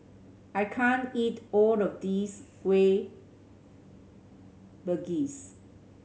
I can't eat all of this Kueh Bugis